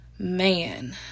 Man